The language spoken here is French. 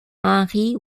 henry